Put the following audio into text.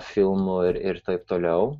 filmų ir ir taip toliau